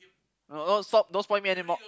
no oh stop don't spoil me anymore